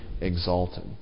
exalted